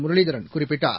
முரளிதரன் குறிப்பிட்டார்